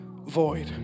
void